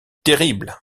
terrible